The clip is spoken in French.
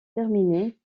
terminés